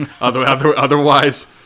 Otherwise